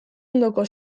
ondoko